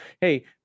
hey